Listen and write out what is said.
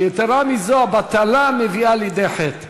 יתרה מזו, הבטלה מביאה לידי חטא.